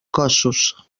cossos